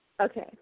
Okay